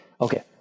Okay